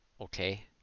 okay